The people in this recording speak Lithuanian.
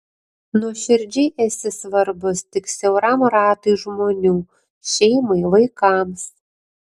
nuoširdžiai esi svarbus tik siauram ratui žmonių šeimai vaikams